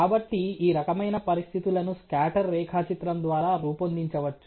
కాబట్టి ఈ రకమైన పరిస్థితులను స్కాటర్ రేఖాచిత్రం ద్వారా రూపొందించవచ్చు